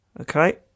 Okay